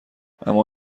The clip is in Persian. اما